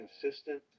consistent